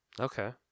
okay